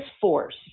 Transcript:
force